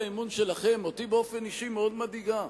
הצעת האי-אמון שלכם אותי באופן אישי מאוד מדאיגה,